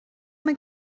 mae